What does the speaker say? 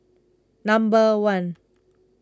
number one